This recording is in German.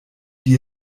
die